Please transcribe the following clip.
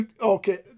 Okay